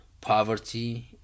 poverty